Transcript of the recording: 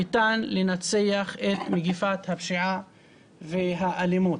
ניתן לנצח את מגפת הפשיעה והאלימות.